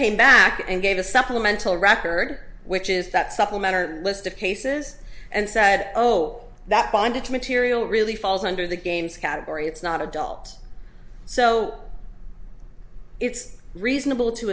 came back and gave a supplemental record which is that supplementary list of cases and said oh that bondage material really falls under the games category it's not adult so it's reasonable to